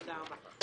תודה רבה.